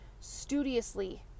Studiously